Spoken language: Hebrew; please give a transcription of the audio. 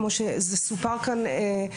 כמו שזה סופר כאן,